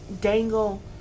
dangle